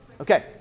Okay